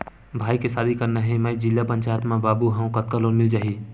भाई के शादी करना हे मैं जिला पंचायत मा बाबू हाव कतका लोन मिल जाही?